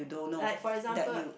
like for example